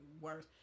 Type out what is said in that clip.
Worse